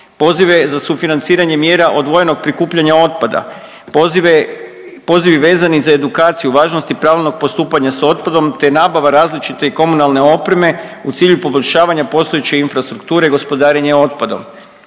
Pozive za sufinanciranje mjera odvojenog prikupljanja otpada, pozivi vezani za edukaciju važnosti pravilnog postupanja sa otpadom te nabava različite i komunalne opreme u cilju poboljšavanja postojeće infrastrukture gospodarenja otpadom.